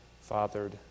fathered